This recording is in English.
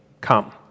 Come